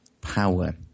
power